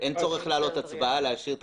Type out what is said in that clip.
צורך להעלות להצבעה, להשאיר את